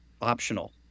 optional